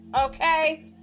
Okay